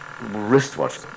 wristwatch